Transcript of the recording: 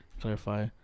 clarify